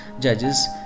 judges